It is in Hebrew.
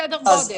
סדר גודל.